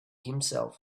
himself